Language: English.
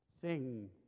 Sing